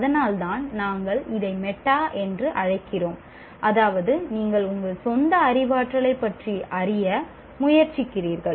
அதனால்தான் நாங்கள் அதை மெட்டா என்று அழைக்கிறோம் அதாவது நீங்கள் உங்கள் சொந்த அறிவாற்றலைப் பற்றி அறிய முயற்சிக்கிறீர்கள்